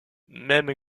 même